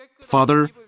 Father